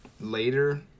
later